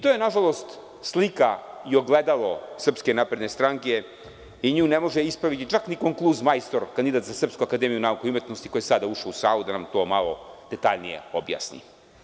To je, nažalost, slika i ogledalo SNS i nju ne može ispraviti čak ni „konkluz majstor“, kandidat za Srpsku akademiju nauka i umetnosti, koji je sada ušao u salu da nam to malo detaljnije objasni.